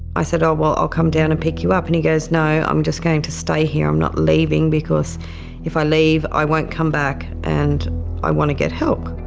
i said, oh well i'll come down and pick you up. and he goes, no i'm just going to stay here, i'm not leaving because if i leave i won't come back and i want to get help.